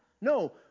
No